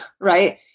right